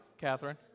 Catherine